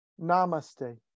Namaste